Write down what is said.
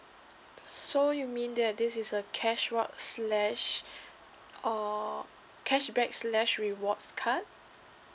so you mean that this is a cash slash or cashback slash rewards card